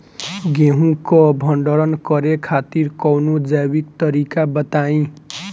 गेहूँ क भंडारण करे खातिर कवनो जैविक तरीका बताईं?